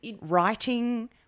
writing